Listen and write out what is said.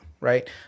Right